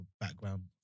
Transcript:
background